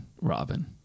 Robin